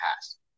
past